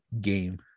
game